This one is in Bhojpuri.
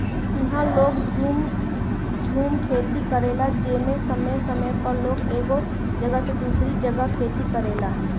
इहा लोग झूम खेती करेला जेमे समय समय पर लोग एगो जगह से दूसरी जगह खेती करेला